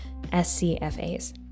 SCFAs